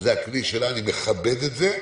אני מכבד את זה,